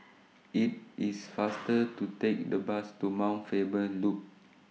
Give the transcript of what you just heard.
IT IS faster to Take The Bus to Mount Faber Loop